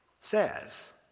says